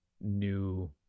new